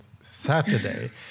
Saturday